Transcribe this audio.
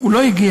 הוא לא הגיע.